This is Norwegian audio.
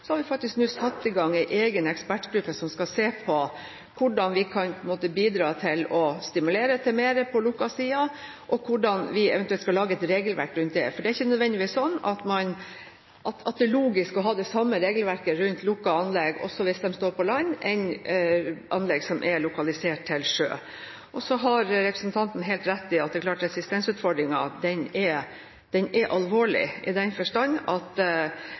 har vi nå satt i gang en egen ekspertgruppe som skal se på hvordan vi kan bidra til å stimulere til lukkede merder, og hvordan vi eventuelt skal lage et regelverk rundt det. Det er ikke nødvendigvis logisk å ha det samme regelverket for lukkede anlegg som står på land, som for lukkede anlegg som er lokalisert i sjøen. Så har representanten helt rett i at resistensutfordringen er alvorlig i den forstand at det da er desto viktigere at vi har flere alternative metoder å spille på. Jeg kan vise til at